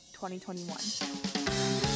2021